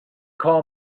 call